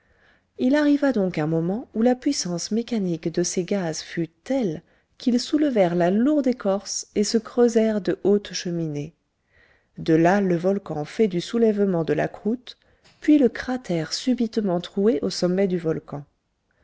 il arriva donc un moment où la puissance mécanique de ces gaz fut telle qu'ils soulevèrent la lourde écorce et se creusèrent de hautes cheminées de là le volcan fait du soulèvement de la croûte puis le cratère subitement troué au sommet du volcan